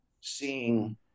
seeing